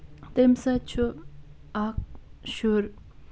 اَمہِ سۭتۍ چھُ اکھ شُر